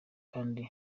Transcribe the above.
kandi